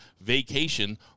vacation